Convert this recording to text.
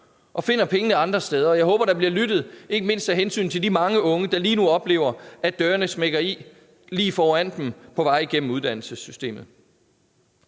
og finder pengene andre steder. Jeg håber, der bliver lyttet, ikke mindst af hensyn til de mange unge, der lige nu oplever, at dørene smækker i lige foran dem på vej gennem uddannelsessystemet.